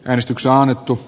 äänestyksen annettu